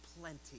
plenty